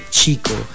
Chico